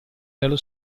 dallo